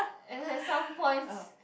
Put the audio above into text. and at some points